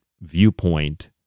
viewpoint